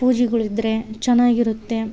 ಪೂಜೆಗಳಿದ್ರೆ ಚೆನ್ನಾಗಿರುತ್ತೆ